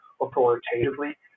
authoritatively